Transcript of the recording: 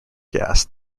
gas